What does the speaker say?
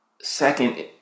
second